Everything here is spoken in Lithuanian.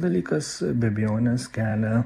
dalykas be abejonės kelia